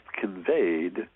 conveyed